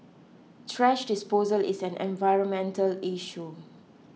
thrash disposal is an environmental issue